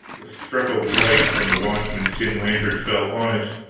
the freckled light from the watchman's tin lantern fell on it,